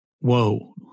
whoa